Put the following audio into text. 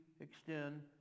extend